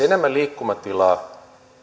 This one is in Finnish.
enemmän liikkumatilaa